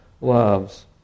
loves